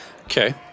Okay